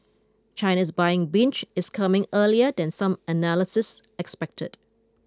China's buying binge is coming earlier than some analysts expected